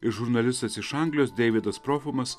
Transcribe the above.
ir žurnalistas iš anglijos deividas profumas